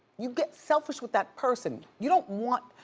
you get selfish with that person. you don't want,